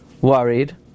worried